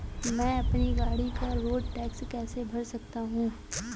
मैं अपनी गाड़ी का रोड टैक्स कैसे भर सकता हूँ?